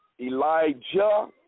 Elijah